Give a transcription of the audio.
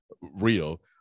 real